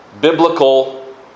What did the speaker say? biblical